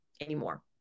anymore